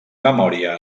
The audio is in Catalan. memòria